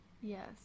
Yes